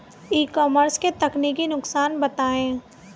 ई commerce के तकनीकी नुकसान बताएं?